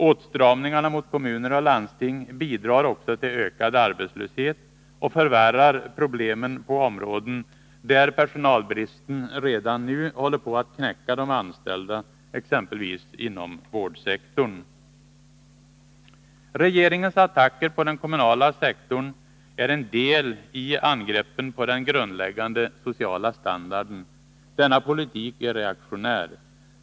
Åtstramningarna mot kommuner och landsting bidrar också till ökad arbetslöshet och förvärrar problemen på områden där personalbristen redan nu håller på att knäcka de anställda, exempelvis inom vårdsektorn. Regeringens attacker på den kommunala sektorn är en del i angreppen på den grundläggande sociala standarden. Denna politik är reaktionär.